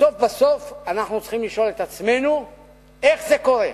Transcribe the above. ובסוף בסוף אנחנו צריכים לשאול את עצמנו איך זה קורה.